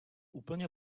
úplně